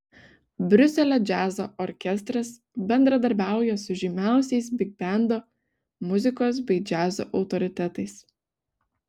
briuselio džiazo orkestras bendradarbiauja su žymiausiais bigbendo muzikos bei džiazo autoritetais